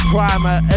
Primer